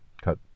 cut